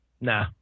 Nah